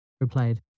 replied